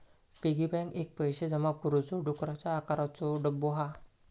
piggy bank एक पैशे जमा करुचो डुकराच्या आकाराचो डब्बो हा